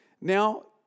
now